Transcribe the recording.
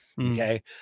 Okay